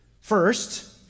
First